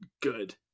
good